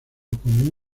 con